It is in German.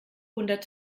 hundert